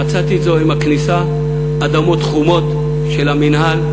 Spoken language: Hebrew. שמצאתי זאת עם הכניסה: אדמות חומות של המינהל,